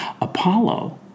Apollo